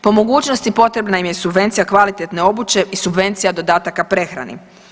Po mogućnosti potrebna im je subvencija kvalitetne obuće i subvencija dodataka prehrani.